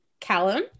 Callum